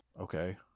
okay